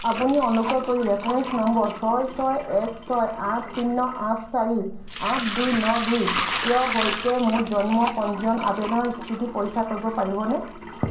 আপুনি অনুগ্ৰহ কৰি ৰেফাৰেন্স নম্বৰ ছয় ছয় এক ছয় আঠ শূন্য আঠ চাৰি আঠ দুই ন দুইৰ সৈতে মোৰ জন্ম পঞ্জীয়ন আবেদনৰ স্থিতি পৰীক্ষা কৰিব পাৰিবনে